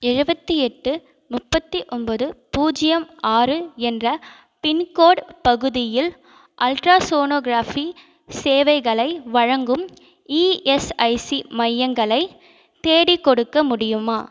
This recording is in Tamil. எழுபத்தி எட்டு முப்பத்தி ஒன்பது பூஜ்ஜியம் ஆறு என்ற பின்கோடு பகுதியில் அல்ட்ராசோனோகிராஃபி சேவைகளை வழங்கும் இஎஸ்ஐசி மையங்களைத் தேடிக் கொடுக்க முடியுமா